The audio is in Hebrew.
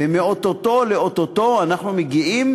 ומאו-טו-טו לאו-טו-טו אנחנו מגיעים